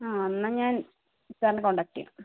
ആ എന്നാൽ ഞാൻ സാറിനെ കോൺടാക്ട് ചെയ്യാം